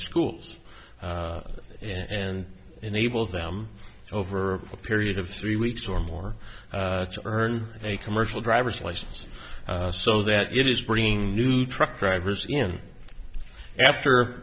schools and enables them over a period of three weeks or more earn a commercial drivers license so that it is bringing new truck drivers in after